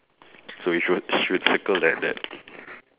so we should should circle that that